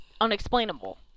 unexplainable